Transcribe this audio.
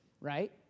right